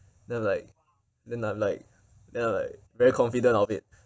then like then I'm like then I'm like very confident of it